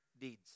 deeds